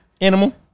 animal